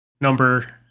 number